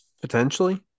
Potentially